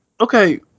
okay